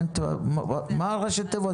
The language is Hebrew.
מה ראשי התיבות?